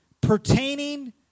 pertaining